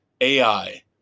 AI